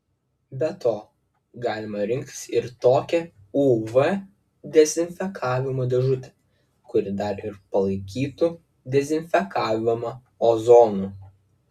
be to galima rinktis ir tokią uv dezinfekavimo dėžutę kuri dar ir palaikytų dezinfekavimą ozonu